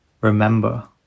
remember